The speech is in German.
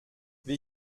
wie